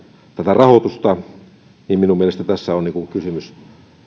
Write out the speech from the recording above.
rahoitusta niin minun mielestäni tässä on kysymys